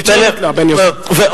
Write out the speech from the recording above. בעטיו נתלה בן יוסף.